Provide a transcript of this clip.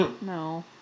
No